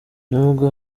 nubwo